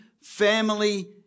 family